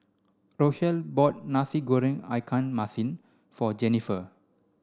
Rochelle bought Nasi Goreng Ikan Masin for Jennifer